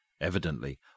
Evidently